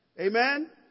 Amen